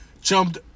jumped